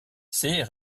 c’est